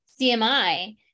CMI